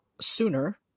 sooner